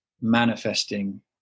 manifesting